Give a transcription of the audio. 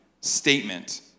statement